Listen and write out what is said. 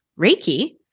Reiki